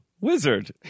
wizard